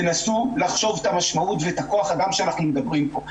תנסו לחשוב את המשמעות ואת כח האדם שאנחנו מדברים פה.